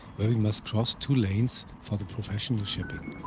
where we must cross two lanes for the professional shipping.